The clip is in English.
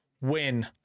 win